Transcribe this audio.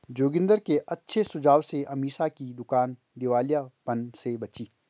जोगिंदर के अच्छे सुझाव से अमीषा की दुकान दिवालियापन से बची